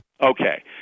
Okay